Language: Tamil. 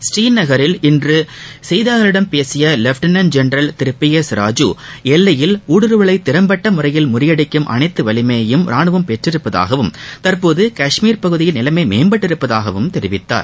ஸ்ரீநகரில் இன்று செய்தியாளர்களிடம் பேசிய lieutenant general Thiru P S Raju எல்லையில் ஊடுருவலை திறம்பட்ட முறையில் முறியடிக்கும் அனைத்து வலிமையையும் ரானுவம் பெற்றுள்ளதாகவும் தற்போது கஷ்மீர் பகுதியில் நிலைமை மேம்பட்டுள்ளதாகவும் தெரிவித்தார்